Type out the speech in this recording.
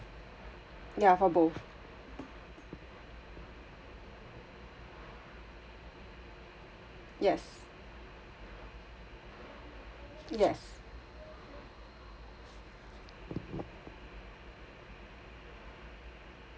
ya for both yes yes